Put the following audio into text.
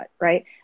right